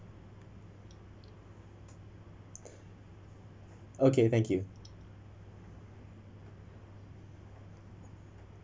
okay thank you